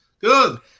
good